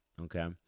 Okay